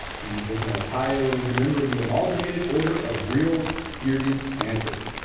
he lives in ohio and he is a member of the amalgamated order of real bearded santas,